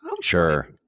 Sure